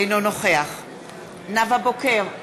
אינו נוכח נאוה בוקר,